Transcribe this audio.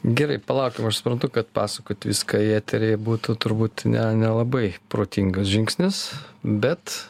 gerai palaukim aš suprantu kad pasakot viską į eterį būtų turbūt ne nelabai protingas žingsnis bet